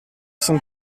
son